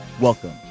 Welcome